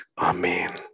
Amen